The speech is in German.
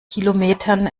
kilometern